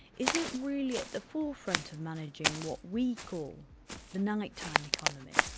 is it really at the forefront of managing what we call the night-time economy?